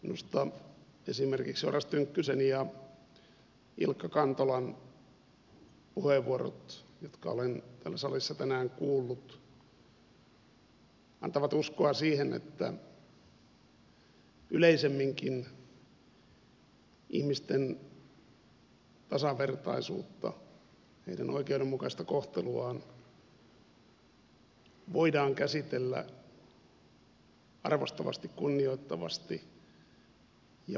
minusta esimerkiksi oras tynkkysen ja ilkka kantolan puheenvuorot jotka olen täällä salissa tänään kuullut antavat uskoa siihen että yleisemminkin ihmisten tasavertaisuutta ja heidän oikeudenmukaista koh teluaan voidaan käsitellä arvostavasti kunnioittavasti ja vaikuttavasti